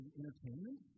entertainment